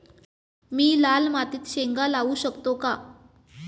मी लाल मातीत शेंगा लावू शकतो का?